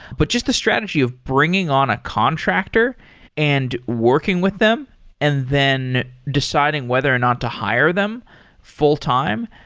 but just the strategy of bringing on a contractor and working with them and then deciding whether or not to hire them full-time,